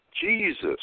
Jesus